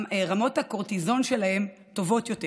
רמות הקורטיזון שלהם טובות יותר